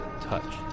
touch